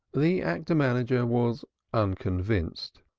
the actor-manager was unconvinced,